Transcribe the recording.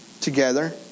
together